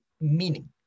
meaning